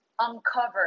uncover